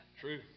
True